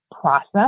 process